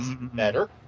better